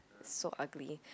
so ugly